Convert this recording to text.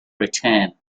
return